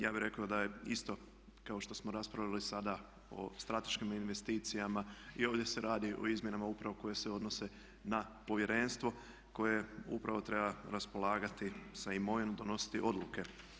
Ja bih rekao da je isto kao što smo raspravili sada o strateškim investicijama i ovdje se radi o izmjenama upravo koje se odnose na povjerenstvo koje upravo treba raspolagati sa imovinom, donositi odluke.